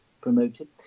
promoted